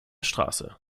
straße